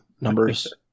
numbers